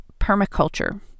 permaculture